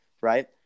right